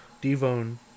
Devon